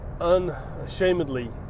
unashamedly